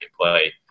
play